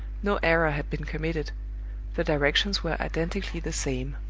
no error had been committed the directions were identically the same.